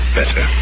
better